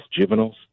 juveniles